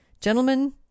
Gentlemen